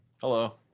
Hello